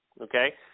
Okay